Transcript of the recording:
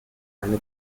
eine